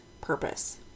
purpose